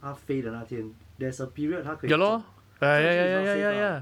她飞的那天 there's a period 她可以中 so actually it's not safe lah